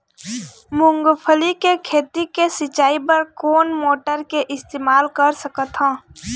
मूंगफली के खेती के सिचाई बर कोन मोटर के इस्तेमाल कर सकत ह?